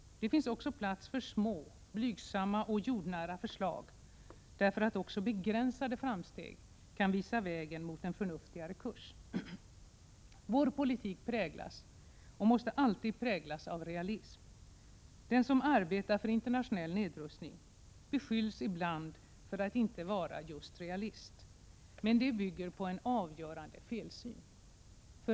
Där finns också plats för små, blygsamma och jordnära förslag — därför att också begränsade framsteg kan visa vägen mot en förnuftigare kurs. Vår politik präglas och måste alltid präglas av realism. Den som arbetar för internationell nedrustning beskylls ibland för att inte vara just realist. Men detta bygger på en avgörande felsyn.